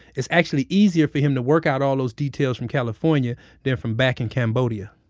it's actually easier for him to work out all those details from california then from back in cambodia